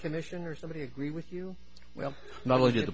commission or somebody agree with you well not only